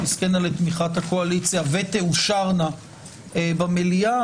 תזכינה לתמיכת הקואליציה ותאושרנה במליאה,